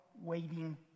waiting